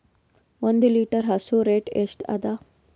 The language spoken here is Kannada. ಒಂದ್ ಲೀಟರ್ ಹಸು ಹಾಲ್ ರೇಟ್ ಎಷ್ಟ ಅದ?